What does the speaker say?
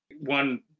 One